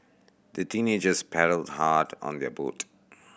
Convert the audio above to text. the teenagers paddled hard on their boat